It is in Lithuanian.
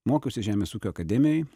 mokiausi žemės ūkio akademijoj